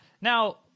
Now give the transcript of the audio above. Now